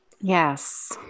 yes